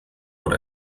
what